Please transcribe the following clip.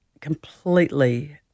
completely